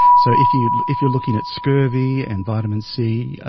so if you're if you're looking at scurvy and vitamin c, ah